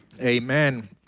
amen